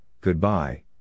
goodbye